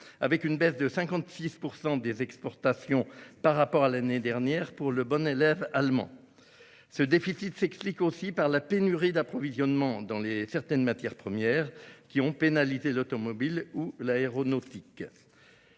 avec une baisse de 56 % des exportations par rapport à l'année dernière pour le bon élève allemand. Ce déficit s'explique aussi par la pénurie d'approvisionnement dans certaines matières premières, qui ont pénalisé l'automobile ou l'aéronautique.